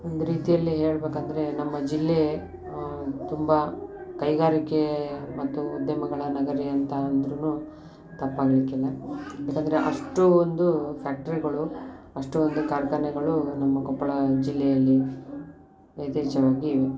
ಒಂದು ರೀತಿಯಲ್ಲಿ ಹೇಳಬೇಕಂದ್ರೆ ನಮ್ಮ ಜಿಲ್ಲೆ ತುಂಬ ಕೈಗಾರಿಕೆ ಮತ್ತು ಉದ್ಯಮಗಳ ನಗರಿ ಅಂತ ಅಂದರೂ ತಪ್ಪಾಗಲಿಕ್ಕಿಲ್ಲ ಯಾಕೆಂದ್ರೆ ಅಷ್ಟು ಒಂದು ಫ್ಯಾಕ್ಟ್ರಿಗಳು ಅಷ್ಟು ಒಂದು ಕಾರ್ಖಾನೆಗಳು ನಮ್ಮ ಕೊಪ್ಪಳ ಜಿಲ್ಲೆಯಲ್ಲಿ ಯಥೇಚ್ಛವಾಗಿ ಇವೆ